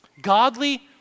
Godly